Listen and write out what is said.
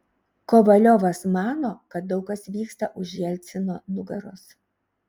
kovaliovas mano kad daug kas vyksta už jelcino nugaros